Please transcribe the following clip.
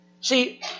See